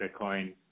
Bitcoin